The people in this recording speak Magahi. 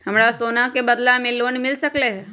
हमरा सोना के बदला में लोन मिल सकलक ह?